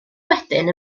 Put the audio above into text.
wedyn